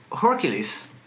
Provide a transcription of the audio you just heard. Hercules